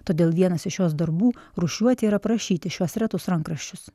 todėl vienas iš jos darbų rūšiuoti ir aprašyti šiuos retus rankraščius